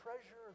treasure